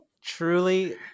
Truly